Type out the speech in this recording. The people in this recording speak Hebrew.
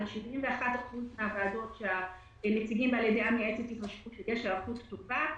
ב-71% מן הוועדות הנציגים בעלי דעה מייעצת התרשמו שיש היערכות טובה,